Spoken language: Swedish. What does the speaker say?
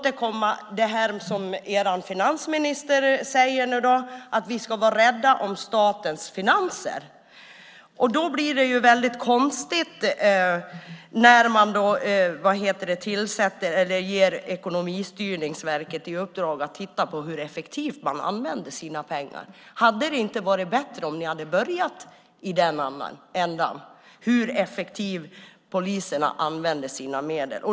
Er finansminister säger att vi ska vara rädda om statens finanser. Det blir ju konstigt när man ger Ekonomistyrningsverket i uppdrag att titta på hur effektivt man använder sina pengar. Hade det inte varit bättre att börja i den änden och titta på hur effektivt polisen använder sina medel?